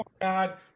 God